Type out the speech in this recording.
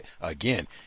again